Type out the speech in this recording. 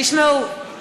תשמעו,